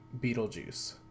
beetlejuice